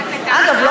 אגב,